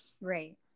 right